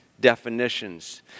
definitions